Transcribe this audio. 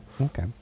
Okay